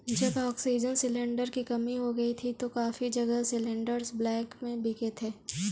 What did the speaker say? जब oxygen cylinder की कमी हो गई थी तो काफी जगह सिलेंडरस ब्लैक में बिके थे